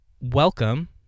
Welcome